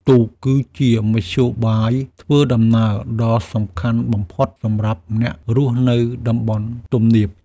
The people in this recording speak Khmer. ទូកគឺជាមធ្យោបាយធ្វើដំណើរដ៏សំខាន់បំផុតសម្រាប់អ្នករស់នៅតំបន់ទំនាប។